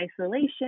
isolation